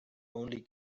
only